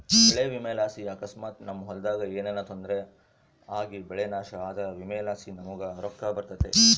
ಬೆಳೆ ವಿಮೆಲಾಸಿ ಅಕಸ್ಮಾತ್ ನಮ್ ಹೊಲದಾಗ ಏನನ ತೊಂದ್ರೆ ಆಗಿಬೆಳೆ ನಾಶ ಆದ್ರ ವಿಮೆಲಾಸಿ ನಮುಗ್ ರೊಕ್ಕ ಬರ್ತತೆ